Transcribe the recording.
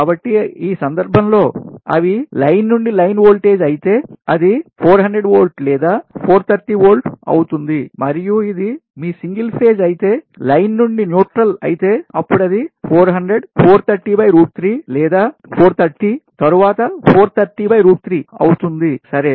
కాబట్టి ఈ సందర్భంలో అవి లైన్ నుండి లైన్ వోల్టేజ్ అయితే అది 400 వోల్ట్ లేదా 430 వోల్ట్ అవుతుంది మరియు ఇది మీ సింగిల్ ఫేజ్ అయితే లైన్ నుండి న్యూట్రల్ అయితే అప్పుడది 400 430 √3 లేదా 430 తరువాత 430 √3 అవుతుంది సరే